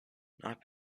not